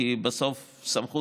כי בסוף יש